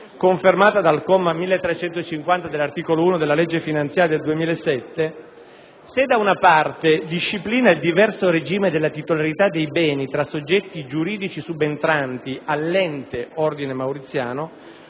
confermata dal comma 1350 dell'articolo 1 della legge finanziaria del 2007 se, da una parte, disciplina il diverso regime della titolarità dei beni tra soggetti giuridici subentranti all'ente Ordine Mauriziano